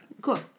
Cool